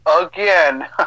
again